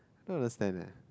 don't understand leh